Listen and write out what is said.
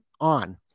on